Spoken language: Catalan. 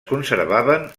conservaven